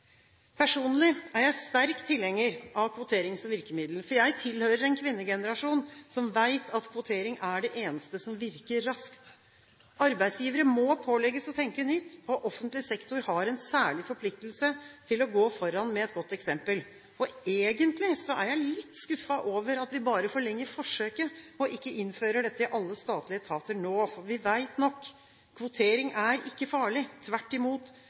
Personlig er jeg sterk tilhenger av kvotering som virkemiddel. Jeg tilhører en kvinnegenerasjon som vet at kvotering er det eneste som virker raskt. Arbeidsgivere må pålegges å tenke nytt, og offentlig sektor har en særlig forpliktelse til å gå foran med et godt eksempel. Egentlig er jeg litt skuffet over at vi bare forlenger forsøket og ikke innfører dette i alle statlige etater nå, for vi vet nok. Kvotering er ikke farlig – tvert imot